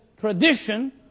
tradition